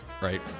right